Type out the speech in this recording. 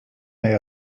they